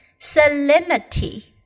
salinity